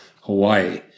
Hawaii